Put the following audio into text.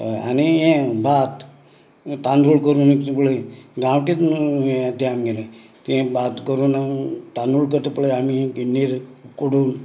आनी हें भात तांदूळ करून इकता पळय गांवटीच न्हू हें तें आमगेलें तें भात करून तांदूळ करता पळय आमी गिन्नीर उकडून